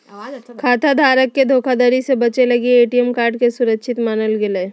खाता धारक के धोखाधड़ी से बचे लगी ए.टी.एम कार्ड के सुरक्षित मानल गेलय